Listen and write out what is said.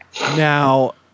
Now